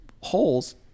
holes